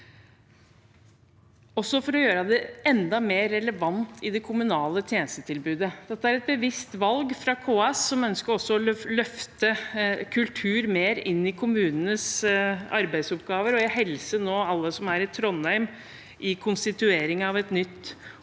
og også gjøre det enda mer relevant i det kommunale tjenestetilbudet. Dette er et bevisst valg fra KS, som også ønsker å løfte kultur mer inn i kommunenes arbeidsoppgaver. Jeg hilser til alle som nå er i Trondheim for konstituering av et nytt